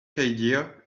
idea